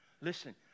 Listen